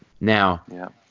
now